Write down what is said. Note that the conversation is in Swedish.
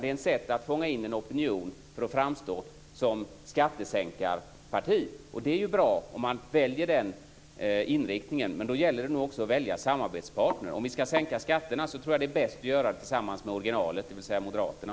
Det är ett sätt att fånga in en opinion för att framstå som skattesänkarparti. Det är bra om man väljer den inriktningen. Men då gäller det också att välja samarbetspartner. Om ni ska sänka skatterna tror jag att det är bäst att göra det tillsammans med originalet, dvs. Moderaterna.